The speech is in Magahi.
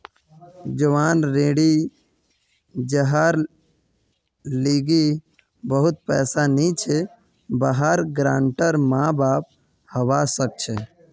जवान ऋणी जहार लीगी बहुत पैसा नी छे वहार गारंटर माँ बाप हवा सक छे